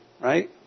Right